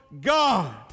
God